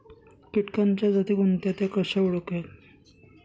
किटकांच्या जाती कोणत्या? त्या कशा ओळखाव्यात?